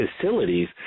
facilities